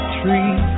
tree